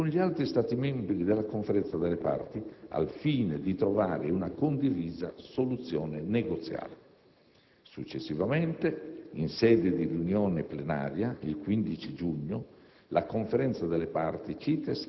sia con gli Stati Uniti, che con altri Stati membri della Conferenza delle parti, al fine di trovare una condivisa soluzione negoziale. Successivamente, in sede di riunione plenaria, il 15 giugno,